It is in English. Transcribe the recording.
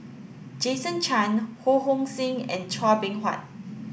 Jason Chan Ho Hong Sing and Chua Beng Huat